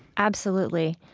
absolutely.